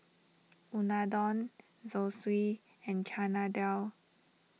Unadon Zosui and Chana Dal